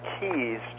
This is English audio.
keys